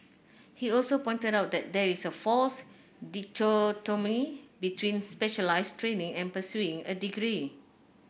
he also pointed out that there is a false between specialised training and pursuing a degree